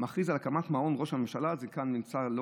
מכריז על הקמת מעון ראש הממשלה" זה נמצא כאן,